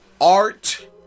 art